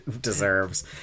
deserves